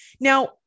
Now